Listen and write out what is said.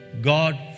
God